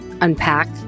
unpack